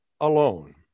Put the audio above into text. alone